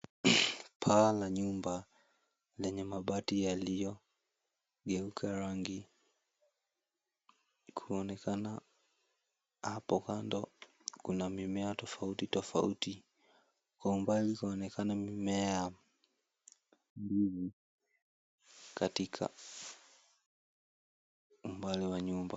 Paa la nyumba lenye mabati yaliyogeuka rangi kunaonekana hapo kando kuna mimea tofauti tofauti. Kwa umbali kunaonekana mimea yapo katika umbali wa nyumba.